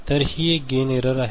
तर ही एक गेन एरर आहे